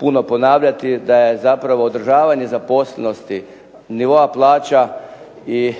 puno ponavljati, da je zapravo održavanje zaposlenosti nivoa plaća i